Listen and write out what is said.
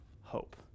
hope